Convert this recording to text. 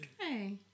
Okay